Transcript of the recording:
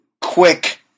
quick